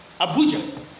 Abuja